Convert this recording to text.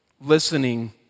Listening